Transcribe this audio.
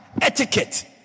etiquette